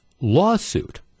lawsuit